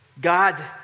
God